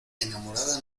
enamorada